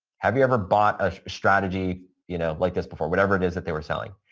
have you ever bought a strategy you know like this before, whatever it is that they were selling?